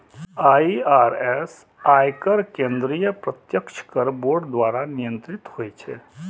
IRS, आयकर केंद्रीय प्रत्यक्ष कर बोर्ड द्वारा नियंत्रित होइ छै